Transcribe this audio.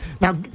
Now